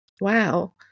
Wow